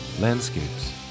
landscapes